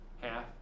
half